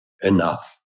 enough